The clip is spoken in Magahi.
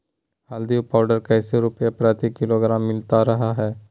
हल्दी पाउडर कैसे रुपए प्रति किलोग्राम मिलता रहा है?